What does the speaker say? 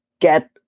get